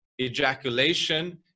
ejaculation